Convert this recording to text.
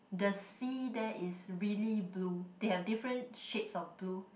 the sea there is really blue they have different shades of blue